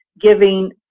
giving